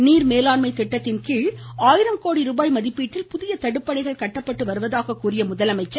நீர் மேலாண்மைத் திட்டத்தின்கீழ் ஆயிரம் கோடி ருபாய் மதிப்பீட்டில் புதிய தடுப்பணைகள் கட்டப்பட்டு வருவதாகக் கூறிய முதலமைச்சர்